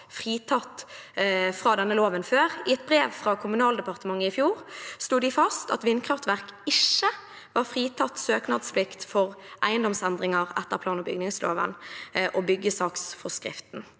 fritatt fra denne loven før. I et brev fra Kommunaldepartementet i fjor slo de fast at vindkraftverk ikke var fritatt søknadsplikt for eiendomsendringer etter plan- og bygningsloven og byggesaksforskriften.